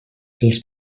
els